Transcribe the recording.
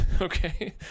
okay